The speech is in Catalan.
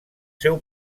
seu